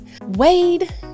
wade